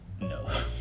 no